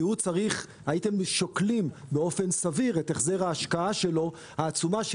הייתם שוקלים באופן סביר את החזר ההשקעה העצומה שלו,